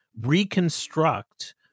reconstruct